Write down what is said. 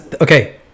okay